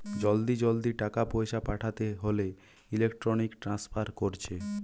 জলদি জলদি টাকা পয়সা পাঠাতে হোলে ইলেক্ট্রনিক ট্রান্সফার কোরছে